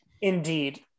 Indeed